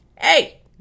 Hey